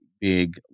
big